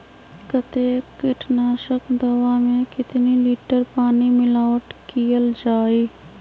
कतेक किटनाशक दवा मे कितनी लिटर पानी मिलावट किअल जाई?